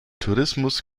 tourismus